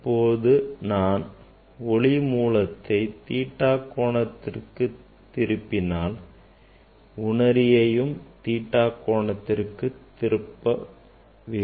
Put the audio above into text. இப்போது நான் ஒளிமூலத்தை theta கோணத்திற்கு திருப்பினால் உணரியையும் theta கோணத்திற்கு திருப்ப வேண்டும்